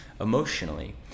emotionally